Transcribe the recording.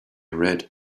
red